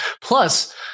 Plus